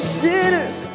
sinners